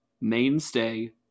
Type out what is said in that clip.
mainstay